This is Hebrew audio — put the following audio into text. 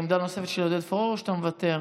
עמדה נוספת של עודד פורר או שאתה מוותר?